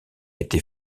été